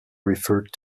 referred